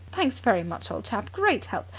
thanks very much, old chap. great help!